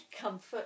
comfort